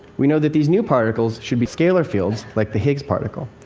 we know that these new particles should be scalar fields like the higgs particle,